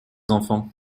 enfants